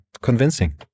convincing